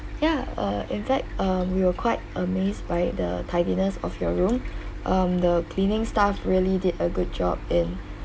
ya uh in fact uh we were quite amazed by the tidiness of your room um the cleaning staff really did a good job in